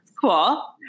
cool